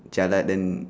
jialat then